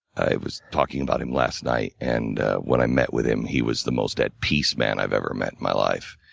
i was talking about him last night. and when i met with him, he was the most at peace man i've ever met in my life.